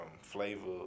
Flavor